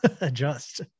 adjust